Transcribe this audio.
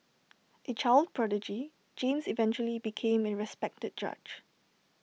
A child prodigy James eventually became A respected judge